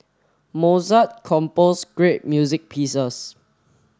Mozart composed great music pieces